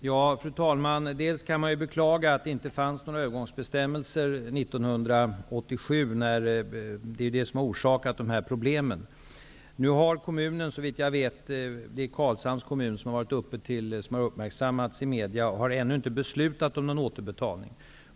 Fru talman! Man kan beklaga att det inte fanns några övergångsbestämmelser 1987. Det är det som har orsakat dessa problem. Nu har kommunen -- det är Karlshamns kommun som har uppmärksammats i media -- ännu inte beslutat om någon återbetalning.